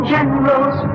General's